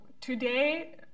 today